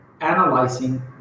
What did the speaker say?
analyzing